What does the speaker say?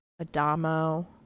Adamo